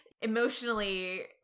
emotionally